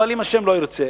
אבל אם השם לא ירצה,